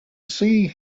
sea